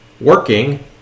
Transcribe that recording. Working